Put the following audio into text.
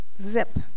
Zip